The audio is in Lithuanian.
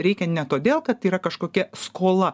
reikia ne todėl kad yra kažkokia skola